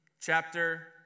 chapter